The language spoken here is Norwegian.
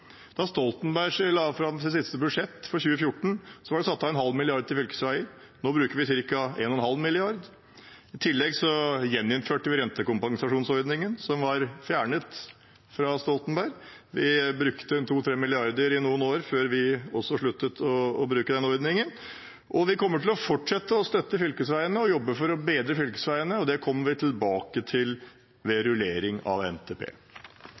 Da Stoltenberg la fram sitt siste budsjett, for 2014, var det satt av 0,5 mrd. kr til fylkesveier. Nå bruker vi cirka 1,5 mrd. kr. I tillegg gjeninnførte vi rentekompensasjonsordningen, som var fjernet av Stoltenberg, og vi brukte 2–3 mrd. kr i noen år før vi også sluttet å bruke ordningen. Vi kommer til å fortsette å støtte fylkesveiene og jobbe for å bedre dem. Det kommer vi tilbake til ved rullering av NTP.